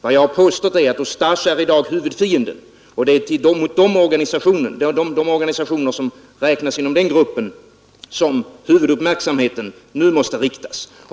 Vad jag har påstått är att Ustasja i dag är huvudfienden och det är mot de organisationer som räknas till den gruppen som huvuduppmärksamheten nu måste inriktas.